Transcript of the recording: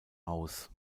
haus